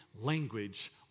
language